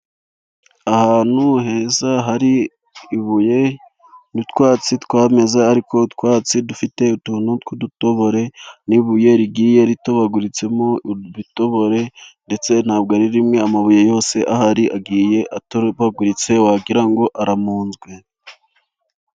Ahantu heza hari ibuye, n'utwatsi twameze ariko utwatsi dufite utuntu tw'udutobore, n'ibuye rigiye ritobaguritsemo ibitobore, ndetse ntabwo ari rimwe, amabuye yose ahari agiye atobaguritse wagira ngo aramunzwe.